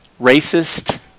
racist